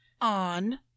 on